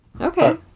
Okay